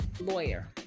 lawyer